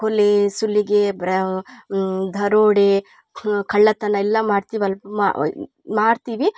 ಕೊಲೆ ಸುಲಿಗೆ ಬ್ರ ದರೋಡೆ ಕಳ್ಳತನ ಎಲ್ಲ ಮಾಡ್ತಿವಿ ಅಲ್ಲ ಮಾ ಮಾಡ್ತಿವಿ